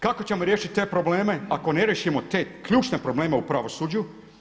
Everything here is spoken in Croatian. Kako ćemo riješiti te probleme ako ne riješimo te ključne probleme u pravosuđu?